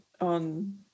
on